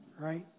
right